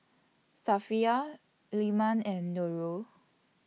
Safiya Leman and Nurul